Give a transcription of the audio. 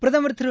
பிரதமர் திரு